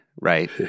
right